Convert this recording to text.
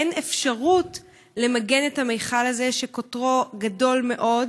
אין אפשרות למגן את המכל הזה, שקוטרו גדול מאוד.